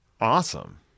Awesome